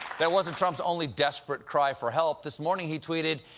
that wasn't trump's only desperate cry for help. this morning he tweeted,